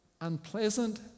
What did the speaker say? unpleasant